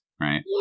right